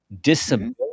disability